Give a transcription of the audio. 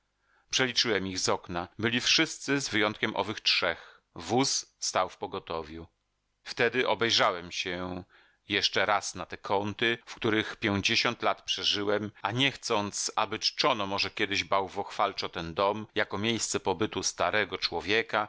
czekali przeliczyłem ich z okna byli wszyscy z wyjątkiem owych trzech wóz stał w pogotowiu wtedy obejrzałem się jeszcze raz na te kąty w których pięćdziesiąt lat przeżyłem a nie chcąc aby czczono może kiedyś bałwochwalczo ten dom jako miejsce pobytu starego człowieka